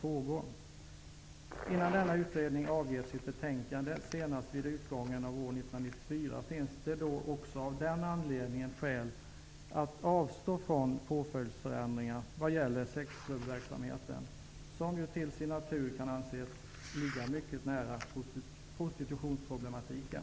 Fram till dess att denna utredning har avgett sitt betänkande, senast vid utgången av år 1994, finns det skäl att avstå från påföljdsförändringar vad gäller sexklubbsverksamheten. Till sin natur kan ju den verksamheten anses ligga mycket nära prostitutionsproblematiken.